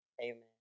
Amen